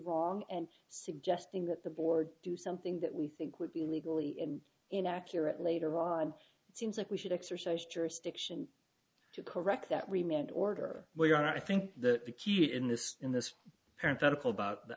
wrong and suggesting that the board do something that we think would be legally and inaccurate later on it seems like we should exercise jurisdiction to correct that remained order where i think the key in this in this current article about the